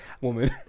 woman